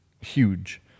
Huge